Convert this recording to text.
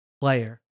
player